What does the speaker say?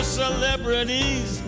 celebrities